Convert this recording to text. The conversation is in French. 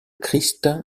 christ